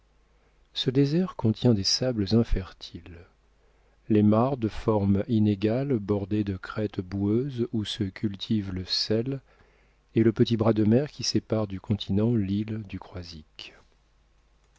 ce désert contient des sables infertiles les mares de forme inégale bordées de crêtes boueuses où se cultive le sel et le petit bras de mer qui sépare du continent l'île du croisic